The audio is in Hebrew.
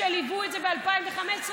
שליוו את זה ב-2015,